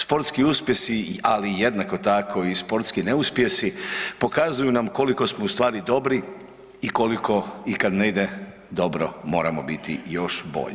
Sportski uspjesi ali jednako tako i sportski neuspjesi, pokazuju nam koliko smo ustvari dobri i koliko i kad ne ide dobro, moramo biti još bolji.